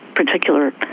particular